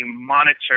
monitor